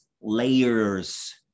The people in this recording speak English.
layers